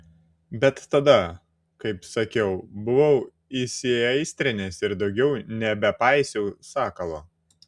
bet tada kaip sakiau buvau įsiaistrinęs ir daugiau nebepaisiau sakalo